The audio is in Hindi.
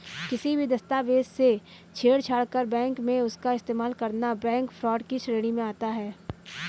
किसी भी दस्तावेज से छेड़छाड़ कर बैंक में उसका इस्तेमाल करना बैंक फ्रॉड की श्रेणी में आता है